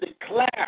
declare